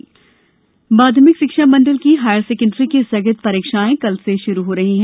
board परीक्षाएं माध्यमिक शिक्षा मंडल की हायर सेकंडरी की स्थगित परीक्षाएं कल से शुरू हो रही हैं